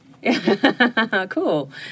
Cool